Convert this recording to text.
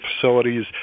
facilities